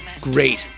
great